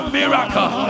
miracle